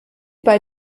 bei